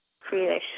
creation